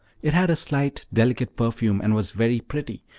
it had a slight delicate perfume, and was very pretty,